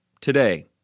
today